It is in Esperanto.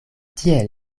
tiel